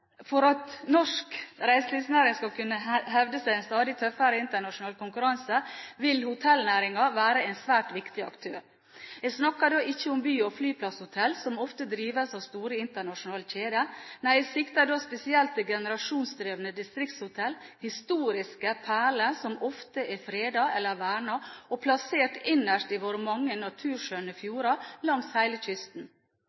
reiselivsnæringen. Når norsk reiseliv skal videreføre utviklingen av norske reiselivsprodukter for at norske aktører skal hevde seg i en stadig tøffere internasjonal konkurranse, vil hotellnæringen være en svært viktig aktør. Jeg snakker da ikke om by- og flyplasshoteller, som ofte drives av store internasjonale kjeder. Nei, jeg sikter spesielt til generasjonsdrevne distriktshoteller – historiske perler som ofte er fredet eller vernet og plassert innerst i våre mange